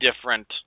different